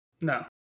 No